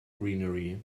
greenery